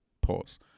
pause